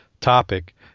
topic